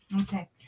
Okay